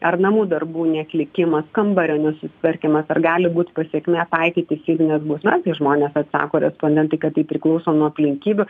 ar namų darbų neatlikimas kambario nesusitvarkymas ar gali būti pasekme taikyti fizines bausmes tai žmonės atsako respondentai kad tai priklauso nuo aplinkybių